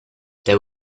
there